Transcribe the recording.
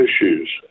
issues